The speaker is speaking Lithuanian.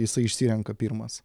jisai išsirenka pirmas